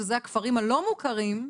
שזה הכפרים הלא מוכרים,